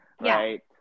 right